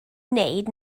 wneud